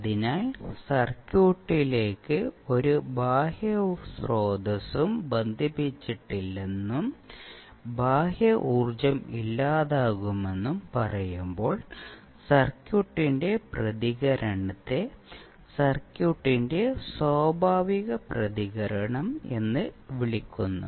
അതിനാൽ സർക്യൂട്ടിലേക്ക് ഒരു ബാഹ്യ സ്രോതസ്സും ബന്ധിപ്പിച്ചിട്ടില്ലെന്നും ബാഹ്യ ഊർജ്ജം ഇല്ലാതാകുമെന്നും പറയുമ്പോൾ സർക്യൂട്ടിന്റെ പ്രതികരണത്തെ സർക്യൂട്ടിന്റെ സ്വാഭാവിക പ്രതികരണം എന്ന് വിളിക്കുന്നു